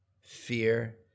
fear